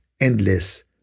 endless